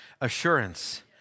assurance